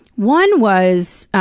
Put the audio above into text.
one was